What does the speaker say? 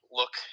look